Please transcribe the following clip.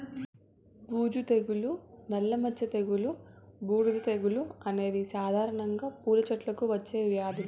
బూజు తెగులు, నల్ల మచ్చ తెగులు, బూడిద తెగులు అనేవి సాధారణంగా పూల చెట్లకు వచ్చే వ్యాధులు